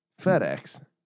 FedEx